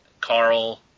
Carl